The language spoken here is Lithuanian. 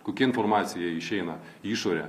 kokia informacija išeina į išorę